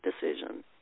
decision